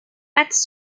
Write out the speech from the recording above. pattes